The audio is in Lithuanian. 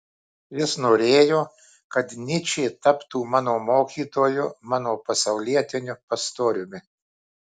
jis norėjo kad nyčė taptų mano mokytoju mano pasaulietiniu pastoriumi